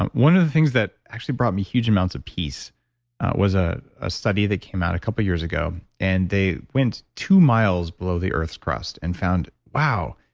um one of the things that actually brought me huge amounts of peace was ah a study that came out a couple of years ago. and they went two miles below the earth's crust and found, wow,